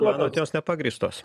manot jos nepagrįstos